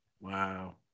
Wow